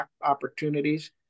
opportunities